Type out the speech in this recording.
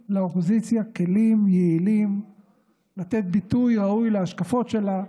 כלים יעילים לתת ביטוי ראוי להשקפות שלה,